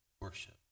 worship